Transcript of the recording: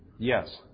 Yes